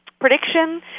prediction